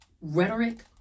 rhetoric